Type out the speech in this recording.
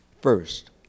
first